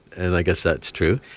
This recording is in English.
and i guess that's true.